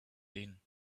din